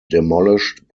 demolished